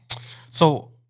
So-